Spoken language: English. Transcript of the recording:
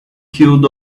killed